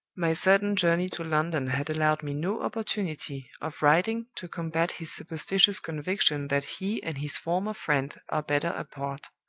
my sudden journey to london had allowed me no opportunity of writing to combat his superstitious conviction that he and his former friend are better apart.